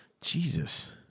Jesus